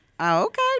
Okay